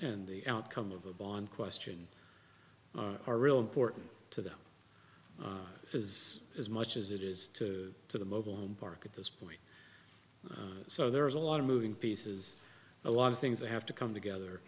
and the outcome of a bond question are real important to them is as much as it is to to the mobile home park at this point so there is a lot of moving pieces a lot of things that have to come together